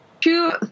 Two